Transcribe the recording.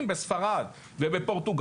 למשל בספרד ובפורטוגל,